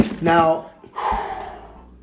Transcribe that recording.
now